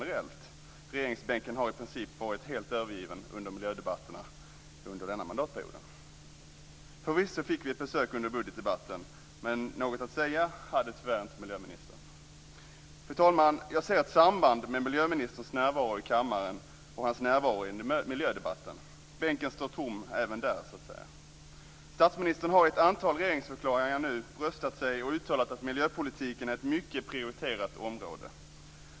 Regeringsbänken har i princip varit helt övergiven under miljödebatterna under denna mandatperiod. Förvisso fick vi ett besök under budgetdebatten, men något att säga hade miljöministern tyvärr inte. Herr talman! Jag ser ett samband mellan miljöministerns närvaro i kammaren och hans närvaro i miljödebatten. Bänken står, även där, tom - så att säga. Statsministern har i ett antal regeringsförklaringar bröstat sig och uttalat att miljöpolitiken är ett mycket prioriterat område.